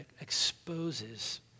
exposes